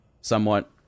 somewhat